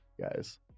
guys